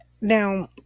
Now